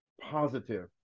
positive